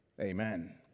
amen